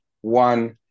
one